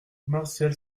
martial